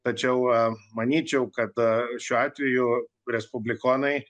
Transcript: tačiau manyčiau kad šiuo atveju respublikonai